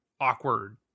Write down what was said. Awkward